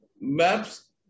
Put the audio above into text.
Maps